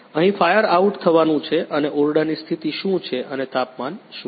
અહીં fire out થવાનું છે અને ઓરડાની સ્થિતિ શું છે અને તાપમાન શું છે